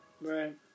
Right